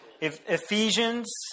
Ephesians